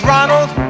Ronald